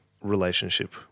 relationship